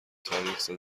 تاریخزده